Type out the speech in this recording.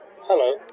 Hello